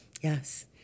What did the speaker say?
Yes